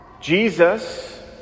Jesus